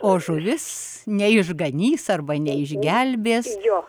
o žuvis neišganys arba neišgelbės jo